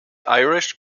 irish